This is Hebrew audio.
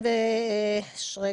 זה